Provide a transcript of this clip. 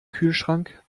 kühlschrank